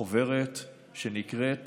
חוברת שנקראת